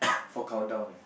for countdown leh